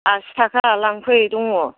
आसि थाखा लांफै दङ